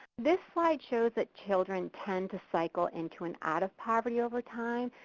this slide shows that children tend to cycle into and out of poverty over time.